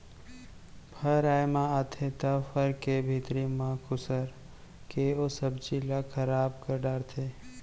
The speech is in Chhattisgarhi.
फर आए म आथे त फर के भीतरी म खुसर के ओ सब्जी ल खराब कर डारथे